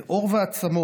זה עור ועצמות.